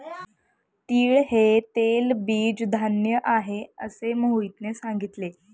तीळ हे तेलबीज धान्य आहे, असे मोहितने सांगितले